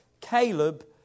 Caleb